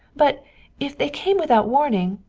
but if they came without warning?